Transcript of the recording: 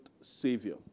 savior